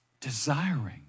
Desiring